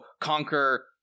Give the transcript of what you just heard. conquer